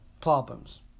problems